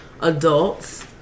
Adults